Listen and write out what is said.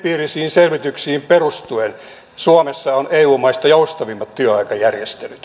empiirisiin selvityksiin perustuen suomessa on eu maista joustavimmat työaikajärjestelyt